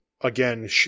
again